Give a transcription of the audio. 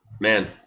man